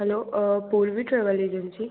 hello Purvi travel agency